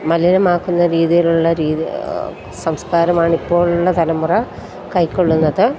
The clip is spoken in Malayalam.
മലിനമാക്കുന്ന രീതിയിലുള്ള രീതി സംസ്കാരമാണ് ഇപ്പോഴുള്ള തലമുറ കൈക്കൊള്ളുന്നത്